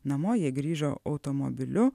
namo jie grįžo automobiliu